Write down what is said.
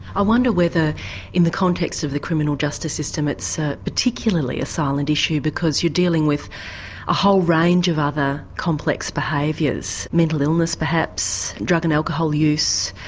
i wonder whether ah in the context of the criminal justice system it's a particularly silent issue, because you're dealing with a whole range of other complex behaviours mental illness perhaps, drug and alcohol use.